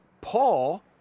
Paul